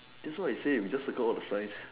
that's why I say we just circle all the size